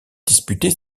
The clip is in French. disputées